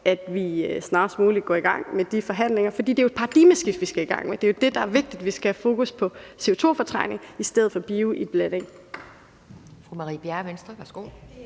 at vi snarest muligt går i gang med de forhandlinger, for det er jo et paradigmeskifte, vi skal i gang med – det er jo det, der er vigtigt. Vi skal have fokus på CO2-fortrængning i stedet for på bioiblanding.